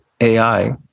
AI